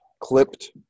Clipped